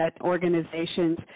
organizations